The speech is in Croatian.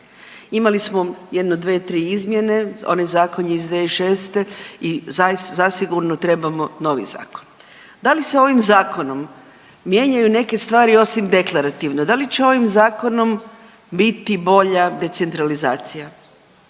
Imali smo jedno dvije, tri izmjene. On je zakon iz 2006. i zasigurno trebamo novi zakon. Da li se ovim zakonom mijenjaju neke stvari osim deklarativno? Da li će ovim zakonom biti bolja decentralizacija?